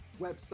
website